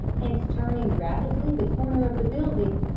and turning rapidly the corner of the building,